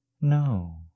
No